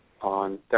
on